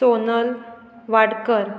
Sonal Wadkar